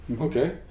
Okay